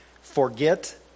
Forget